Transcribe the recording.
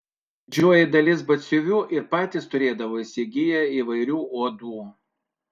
didžioji dalis batsiuvių ir patys turėdavo įsigiję įvairių odų